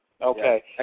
Okay